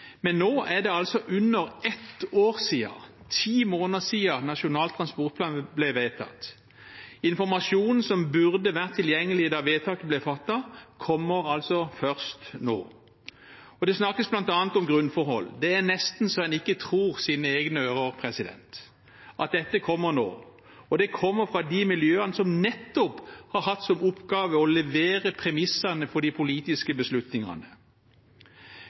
Men nå er det altså under ett år – ti måneder – siden Nasjonal transportplan ble vedtatt. Informasjon som burde vært tilgjengelig da vedtaket ble fattet, kommer altså først nå. Det snakkes bl.a. om grunnforhold. Det er nesten så en ikke tror sine egne ører – at dette kommer nå. Og det kommer fra de miljøene som nettopp har hatt som oppgave å levere premissene for de politiske beslutningene.